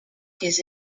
his